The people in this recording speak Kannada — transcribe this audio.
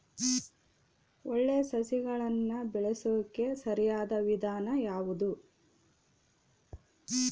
ಒಳ್ಳೆ ಸಸಿಗಳನ್ನು ಬೆಳೆಸೊಕೆ ಯಾವ ವಿಧಾನ ಸರಿಯಾಗಿದ್ದು?